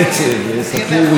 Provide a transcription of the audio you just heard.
נדמה לי שגם אתה יודע,